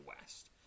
west